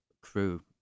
crew